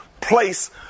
place